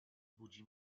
budzi